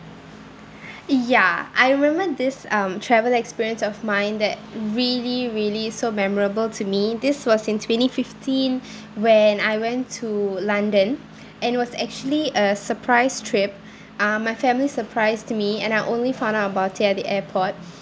ya I remember this um travel experience of mine that really really so memorable to me this was in twenty fifteen when I went to london and it was actually a surprise trip uh my family surprised me and I only found out about it at the airport